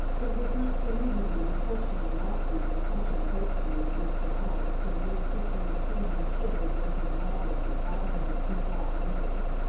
but it is not so easy to be impersonal and lofty when the touch of a coat sleeve against your arm sends little prickling, tingling shivers racing madly through thousands of too taut nerves.